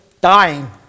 dying